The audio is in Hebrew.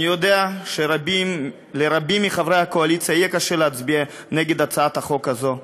אני יודע שלרבים מחברי הקואליציה יהיה קשה להצביע נגד הצעת החוק הזאת.